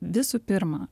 visų pirma